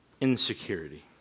insecurity